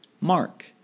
Mark